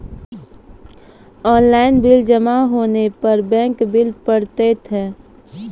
Online bill जमा होने पर बैंक बिल पड़तैत हैं?